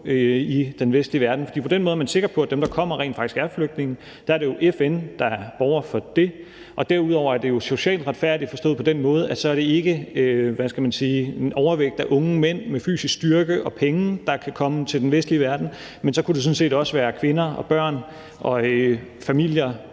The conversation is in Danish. i den vestlige verden, for på den måde er man sikker på, at dem, der kommer, rent faktisk er flygtninge. Det er jo FN, der borger for det. Og derudover er det jo socialt retfærdigt forstået på den måde, at så er det ikke, hvad skal man sige, en overvægt af unge mænd med fysisk styrke og penge, der kan komme til den vestlige verden, men så kunne det sådan set også være kvinder og børn og familier